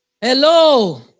Hello